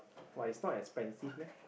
!wah! it's not expensive meh